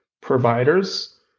providers